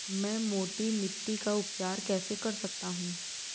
मैं मोटी मिट्टी का उपचार कैसे कर सकता हूँ?